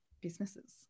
businesses